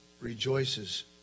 rejoices